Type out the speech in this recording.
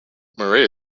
murray